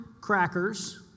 crackers